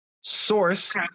source